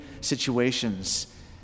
situations